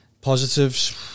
Positives